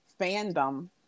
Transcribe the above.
fandom